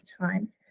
time